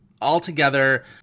altogether